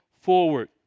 forward